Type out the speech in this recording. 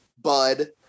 bud